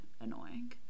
annoying